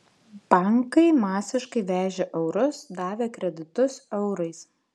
bankai masiškai vežė eurus davė kreditus eurais